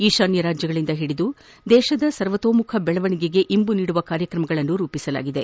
ಈತಾನ್ಲ ರಾಜ್ಗಳಿಂದ ಹಿಡಿದು ದೇಶದ ಸರ್ವತೋಮುಖ ಬೆಳವಣಿಗೆಗೆ ಇಂಬು ನೀಡುವ ಕಾರ್ಯಕ್ರಮಗಳನ್ನು ರೂಪಿಸಲಾಗಿದೆ